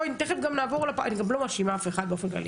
אני גם לא מאשימה אף אחד באופן כללי.